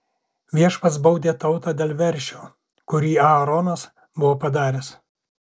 viešpats baudė tautą dėl veršio kurį aaronas buvo padaręs